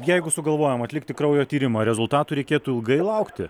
jeigu sugalvojam atlikti kraujo tyrimą rezultatų reikėtų ilgai laukti